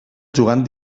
jugant